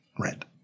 rent